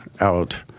out